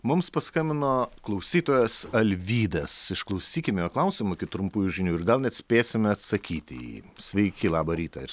mums paskambino klausytojas alvydas išklausykime jo klausimo iki trumpųjų žinių ir gal net spėsime atsakyti į jį sveiki labą rytą ir